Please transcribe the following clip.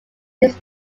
this